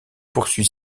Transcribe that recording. poursuit